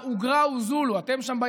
אאוגרייהו זילי.